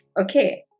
Okay